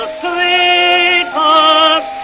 sweetheart